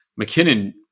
McKinnon